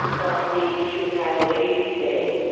bartley, too, had a ladies day.